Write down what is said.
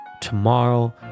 tomorrow